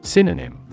Synonym